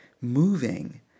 moving